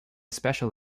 special